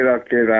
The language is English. okay